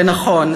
זה נכון.